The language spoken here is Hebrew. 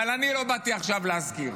אבל אני לא באתי עכשיו להזכיר.